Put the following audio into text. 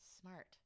Smart